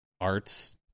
arts